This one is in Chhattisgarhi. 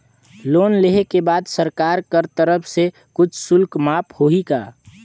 लोन लेहे के बाद सरकार कर तरफ से कुछ शुल्क माफ होही का?